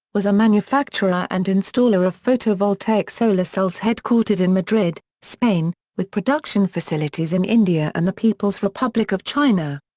was a manufacturer and installer of photovoltaic solar cells headquartered in madrid, spain, with production facilities in india and the people's republic of china.